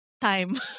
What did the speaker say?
time